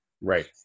Right